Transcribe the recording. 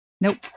Nope